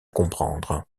comprendre